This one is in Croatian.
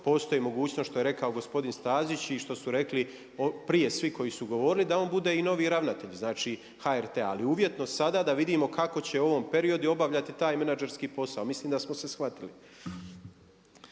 postoji mogućnost kao što je rekao gospodin Stazić i što su rekli prije svi koji su govorili da on bude i novi ravnatelj, znači HRT-a. Ali uvjetno sada da vidimo kako će u ovom periodu obavljati taj menadžerski posao. Mislim da smo se shvatili.